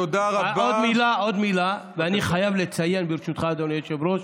אתה בעצמך באת ואמרת מדוע אתה רוצה לשנות את מערך הגיור,